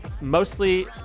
mostly